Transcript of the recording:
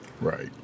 Right